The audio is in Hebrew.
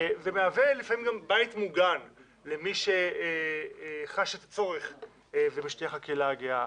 ומהווה לפעמים גם בית מוגן למי שחש את הצורך ומשייך לקהילה הגאה.